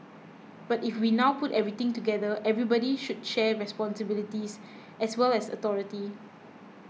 but if we now put everything together everybody should share responsibilities as well as authority